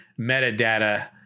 metadata